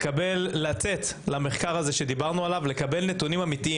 לצאת למחקר הזה שדיברנו עליו ולקבל נתונים אמיתיים